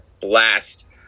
blast